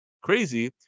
crazy